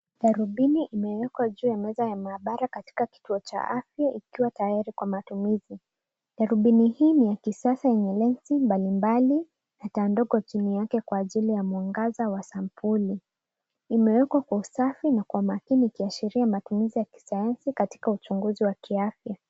Darabini imewekwa juu ya meza ya maabara katika kituo cha afya, ikiwa tayari kwa matumizi. Darubini hii ni ya kisasa yenye lensi mbalimbali na taa ndogo chini yake kwa ajili ya mwangaza wa sampuli. Imewekwa kwa usafi na kwa makini, ikiashiria matumizi ya kisayansi katika uchunguzi wa kiafya.